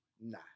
Nah